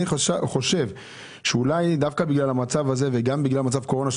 אני חושב שאולי דווקא בגלל המצב הזה וגם בגלל מצב הקורונה,